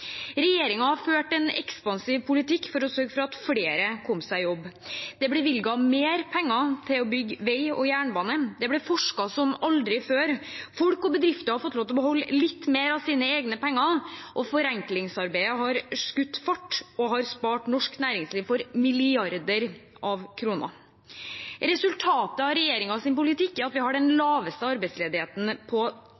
en ekspansiv politikk for å sørge for at flere kom seg i jobb. Det ble bevilget mer penger til å bygge vei og jernbane. Det ble forsket som aldri før. Folk og bedrifter har fått lov til å beholde litt mer av sine egne penger. Og forenklingsarbeidet har skutt fart og har spart norsk næringsliv for milliarder av kroner. Resultatet av regjeringens politikk er at vi har den